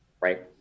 right